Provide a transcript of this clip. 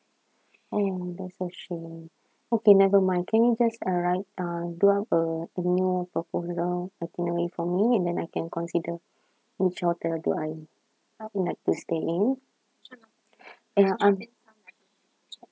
oh that's a shame okay never mind can you just uh write uh do up a email proposal itinerary for me and then I can consider which hotel do I like to stay in ya um